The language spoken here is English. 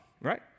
right